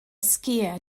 skier